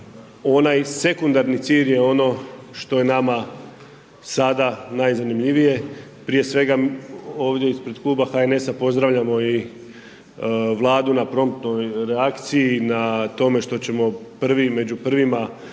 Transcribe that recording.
onaj sekundarni cilj je ono što je nama sada najzanimljivije, prije svega, ovdje ispred Kluba HNS-a pozdravljamo i Vladu na promptnoj reakciji na tome što ćemo prvi i među